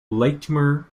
latymer